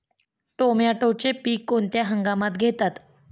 टोमॅटोचे पीक कोणत्या हंगामात घेतात?